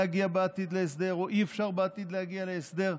להגיע בעתיד להסדר או אי-אפשר להגיע בעתיד להסדר,